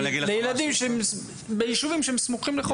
בבתי ספר שנמצאים ביישובים שסמוכים לחוף הים.